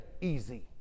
easy